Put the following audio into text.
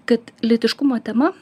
kad lytiškumo tema